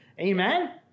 Amen